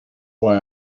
why